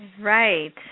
Right